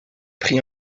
prit